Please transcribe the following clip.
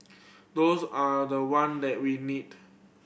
those are the one that we need